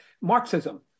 Marxism